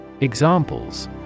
Examples